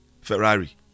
Ferrari